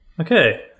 Okay